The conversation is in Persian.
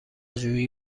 جویی